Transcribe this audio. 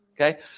Okay